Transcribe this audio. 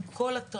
עם כל הטראומות.